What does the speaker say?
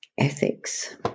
ethics